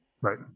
Right